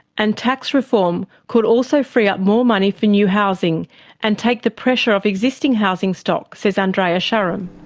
and tax reform could also free up more money for new housing and take the pressure off existing housing stock, says andrea sharam.